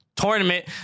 tournament